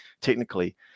technically